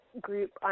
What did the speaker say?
group